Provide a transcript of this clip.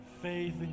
Faith